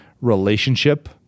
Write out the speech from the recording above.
relationship